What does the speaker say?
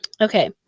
okay